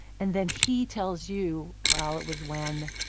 and then he tells you, well, it was when.